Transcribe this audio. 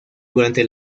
durante